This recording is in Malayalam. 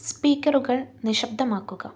സ്പീക്കറുകൾ നിശബ്ദമാക്കുക